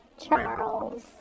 Charles